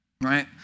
Right